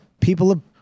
People